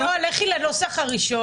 לא, לכי לנוסח הראשון.